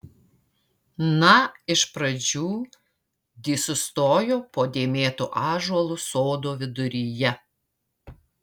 na iš pradžių di sustojo po dėmėtu ąžuolu sodo viduryje